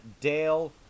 Dale